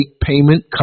payment